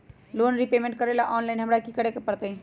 Loan repayment करेला online हमरा की करे के परतई?